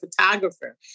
photographer